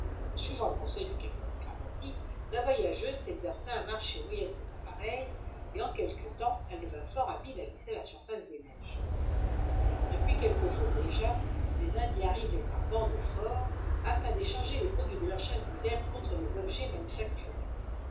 suivant le conseil du capitaine craventy la voyageuse s'exerça à marcher au moyen de ces appareils et en quelque temps elle devint fort habile à glisser à la surface des neiges depuis quelques jours déjà les indiens arrivaient par bandes au fort afin d'échanger les produits de leur chasse d'hiver contre des objets manufacturés